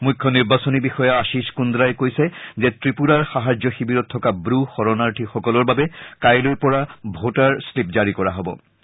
মুখ্য নিৰ্বাচনী বিষয়া আশিষ কুন্দাই কৈছে যে ত্ৰিপুৰাৰ সাহায্য শিবিৰত থকা ব্ৰু শৰনাৰ্থীসকলৰ বাবে কাইলৈ পৰা ভোটাৰ শ্লিপ জাৰি কৰা হ'ব